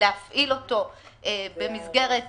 להפעיל במסגרת דיון,